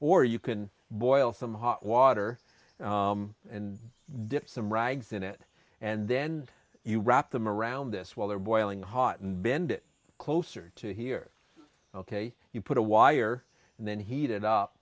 or you can boil some hot water and dip some rags in it and then you wrap them around this while they're boiling hot and bend it closer to here ok you put a wire and then heat it